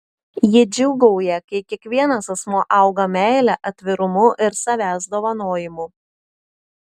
ji džiūgauja kai kiekvienas asmuo auga meile atvirumu ir savęs dovanojimu